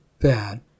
bad